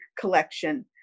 collection